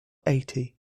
eighty